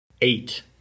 eight